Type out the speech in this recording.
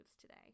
today